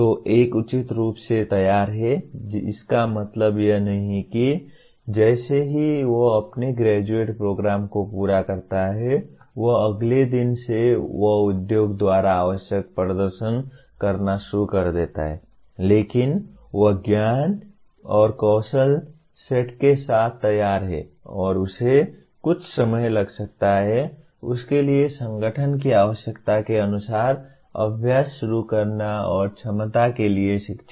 तो एक उचित रूप से तैयार है इसका मतलब यह नहीं है कि जैसे ही वह अपने ग्रेजुएट प्रोग्राम को पूरा करता है वह अगले दिन से वह उद्योग द्वारा आवश्यक प्रदर्शन करना शुरू कर देता है लेकिन वह ज्ञान और कौशल सेट के साथ तैयार है और उसे कुछ समय लग सकता है उसके लिए संगठन की आवश्यकता के अनुसार अभ्यास शुरू करना और क्षमता के लिए शिक्षा